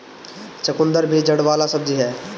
चुकंदर भी जड़ वाला सब्जी हअ